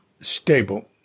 stable